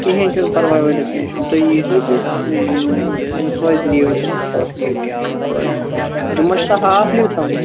کِہیٖنٛۍ چھُنہٕ پَرواے ؤلِو کیٚنٛہہ چھُنہٕ تُہۍ ییٖزیٚو تہٕ تٔمِس واتہِ لیٖو بہٕ تھاوس لیٖو کیٚنٛہہ چھُنہٕ پَرواے جُمعہ چھَسا ہاف لیٖو تھاوٕنۍ